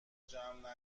جمع